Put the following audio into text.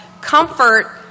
comfort